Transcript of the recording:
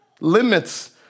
Limits